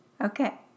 Okay